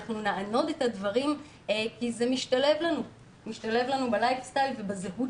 אנחנו נענוד את הדברים כי זה משתלב לנו בלייף סטייל ובזהות